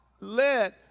let